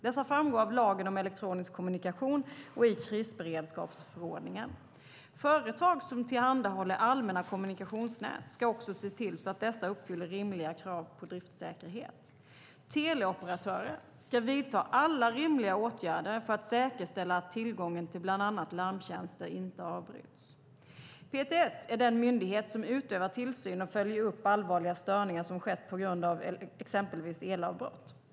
Dessa framgår av lagen om elektronisk kommunikation och i krisberedskapsförordningen. Företag som tillhandahåller allmänna kommunikationsnät ska se till att dessa uppfyller rimliga krav på driftsäkerhet. Teleoperatörer ska vidta alla rimliga åtgärder för att säkerställa att tillgången till bland annat larmtjänster inte avbryts. PTS är den myndighet som utövar tillsyn och följer upp allvarliga störningar som skett på grund av exempelvis elavbrott.